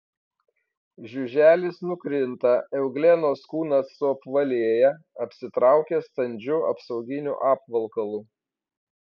žiuželis nukrinta euglenos kūnas suapvalėja apsitraukia standžiu apsauginiu apvalkalu